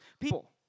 people